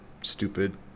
stupid